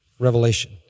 Revelation